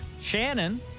Shannon